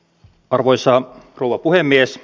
arvoisa rouva puhemies